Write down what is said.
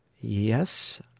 yes